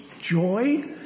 joy